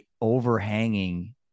overhanging